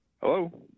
Hello